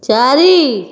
ଚାରି